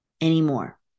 anymore